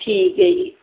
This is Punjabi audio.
ਠੀਕ ਹੈ ਜੀ